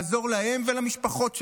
לעזור להם ולמשפחות שלהם,